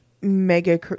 mega